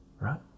right